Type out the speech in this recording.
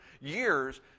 years